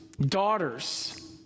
daughters